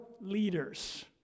leaders